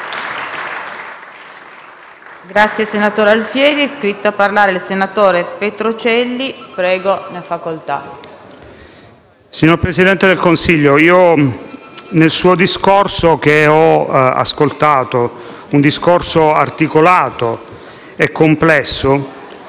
Signor Presidente del Consiglio, nel suo discorso, che ho ascoltato - un discorso articolato e complesso